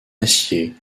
acier